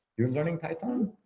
you're learning python.